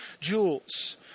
jewels